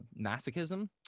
masochism